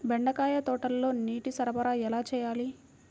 బెండకాయ తోటలో నీటి సరఫరా ఎలా చేయాలి?